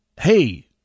hey